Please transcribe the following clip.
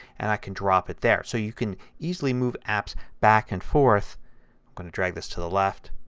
and i can drop it there. so you can easily move apps back and forth. i'm going to drag this to the left